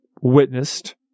witnessed